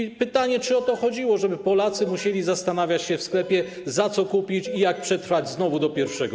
I pytanie: Czy o to chodziło, żeby Polacy musieli zastanawiać się w sklepie, za co kupić i jak przetrwać znowu do pierwszego?